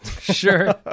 sure